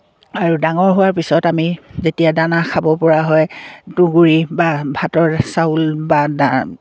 আৰু ডাঙৰ হোৱাৰ পিছত আমি যেতিয়া দানা খাব পৰা হয় তুঁহগুৰি বা ভাতৰ চাউল বা